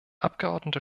abgeordnete